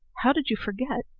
how did you forget?